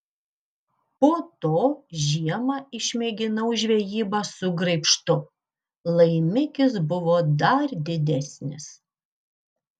po to žiemą išmėginau žvejybą su graibštu laimikis buvo dar didesnis